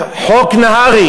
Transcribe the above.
חבר הכנסת נסים זאב,